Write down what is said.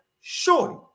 Shorty